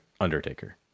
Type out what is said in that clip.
Undertaker